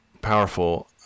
powerful